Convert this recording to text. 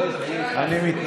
מיקי, "אינעל דינכ"